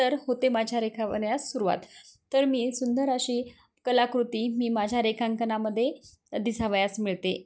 तर होते माझ्या रेखावण्यास सुरुवात तर मी सुंदर अशी कलाकृती मी माझ्या रेखांकनामध्ये दिसावयास मिळते